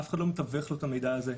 אף אחד לא מתווך לו את המידע הזה,